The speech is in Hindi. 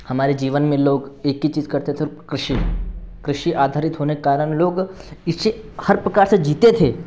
हमारे जीवन में लोग एक ही चीज़ करते थे कृषि कृषि आधारित होने के कारण लोग कृषि हर प्रकार से जीते थे